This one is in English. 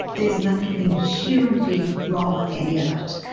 there's nothing inherently wrong with any of it.